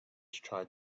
tried